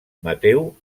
mateu